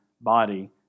body